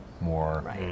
more